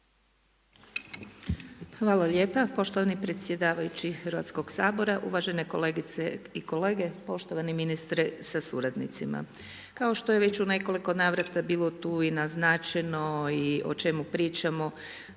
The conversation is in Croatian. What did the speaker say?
Hvala lijepa. Poštovani predsjedavajući Hrvatskoga sabora, uvažene kolegice i kolege, poštovani ministre sa suradnicima. Kao što je već u nekoliko navrata bilo tu i naznačeno i o čemu pričamo